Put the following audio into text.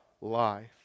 life